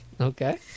Okay